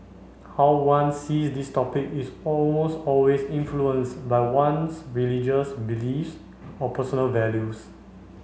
how one sees these topic is almost always influenced by one's religious beliefs or personal values